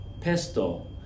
Pesto